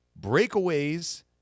breakaways